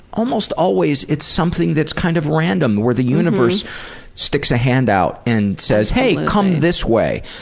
almost always it's something that's kind of random where the universe sticks a hand out and says, hey, come this way.